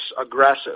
aggressive